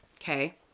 okay